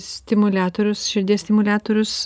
stimuliatorius širdies stimuliatorius